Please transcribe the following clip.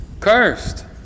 Cursed